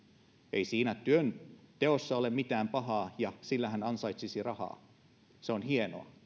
ei siinä työnteossa ole mitään pahaa ja sillä hän ansaitsisi rahaa ja se on hienoa